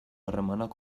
harremanak